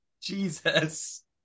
Jesus